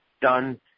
done